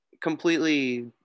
completely